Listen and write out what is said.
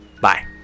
Bye